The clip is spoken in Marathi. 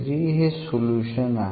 तर हे सोल्युशन आहे